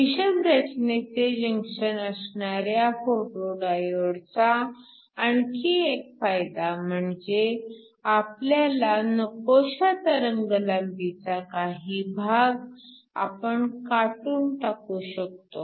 विषम रचनेचे जंक्शन असणाऱ्या फोटो डायोडचा आणखी एक फायदा म्हणजे आपल्याला नकोशा तरंगलांबीचा काही भाग आपण काटून टाकू शकतो